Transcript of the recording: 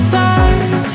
time